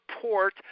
support